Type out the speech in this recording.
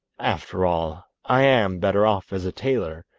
after all, i am better off as a tailor,